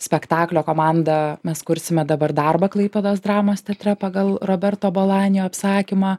spektaklio komanda mes kursime dabar darbą klaipėdos dramos teatre pagal roberto bolanio apsakymą